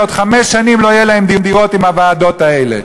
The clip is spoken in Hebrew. עוד חמש שנים לא יהיו להם דירות עם הוועדות האלה.